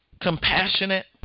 compassionate